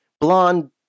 blonde